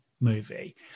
movie